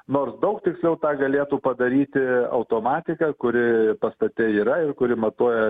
nors daug tiksliau tą galėtų padaryti automatika kuri pastate yra ir kuri matuoja